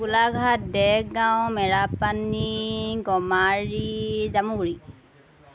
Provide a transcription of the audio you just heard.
Golaghat Dergaon Merapani Gomari Jamuguri